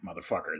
motherfucker